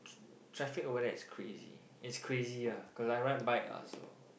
traffic over there is crazy is crazy ah cause I ride bike ah so